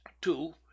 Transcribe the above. Two